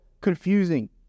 confusing